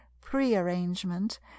pre-arrangement